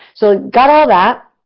so, got all that.